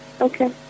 Okay